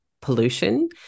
pollution